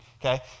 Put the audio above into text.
okay